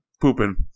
pooping